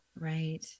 right